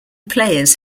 players